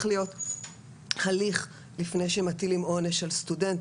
להיות הליך לפני שמטילים עונש על סטודנט.